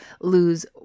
lose